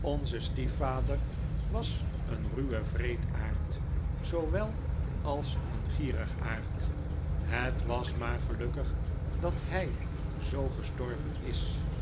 onze stiefvader was een ruwe wreedaard zoowel als een gierigaard het was maar gelukkig dat hy zoo gestorven is